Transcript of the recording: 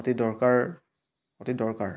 অতি দৰকাৰ অতি দৰকাৰ